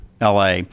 LA